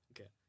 Okay